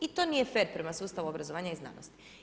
I to nije fer, prema sustavu obrazovanja i znanosti.